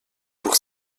pour